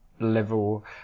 level